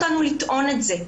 זה מכבד.